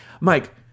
Mike